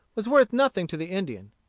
was worth nothing to the indian.